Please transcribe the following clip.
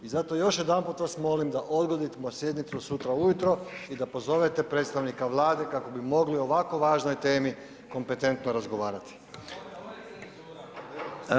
I zato još jedanput vas molim da odgodimo sjednicu sutra ujutro i da pozovete predstavnika Vlade kako bi mogli o ovako važnoj temi kompetentno razgovarati.